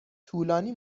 طولانی